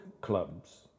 clubs